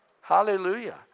Hallelujah